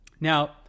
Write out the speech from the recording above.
Now